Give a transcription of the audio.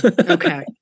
Okay